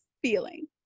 feeling